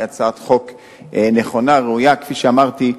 היא הצעת חוק נכונה, ראויה, כפי שאמרתי.